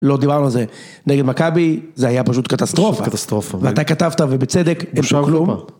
לא דיברנו על זה נגד מכבי, זה היה פשוט קטסטרופה. קטסטרופה. ואתה כתבת ובצדק, אפשר לומר.